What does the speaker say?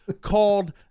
called